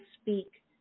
speak